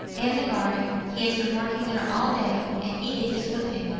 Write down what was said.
in the garden. he has been working there all day, and edith is with him.